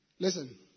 Listen